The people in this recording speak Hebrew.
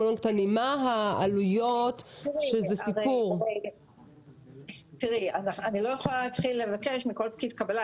אני לא יכולה לבקש מכל פקיד קבלה.